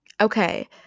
Okay